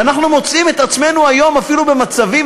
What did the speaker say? ואנחנו מוצאים את עצמנו היום אפילו במצבים,